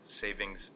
savings